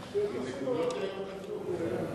זה בנקודות, ?